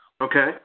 Okay